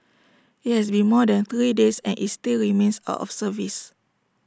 IT has been more than three days and is still remains out of service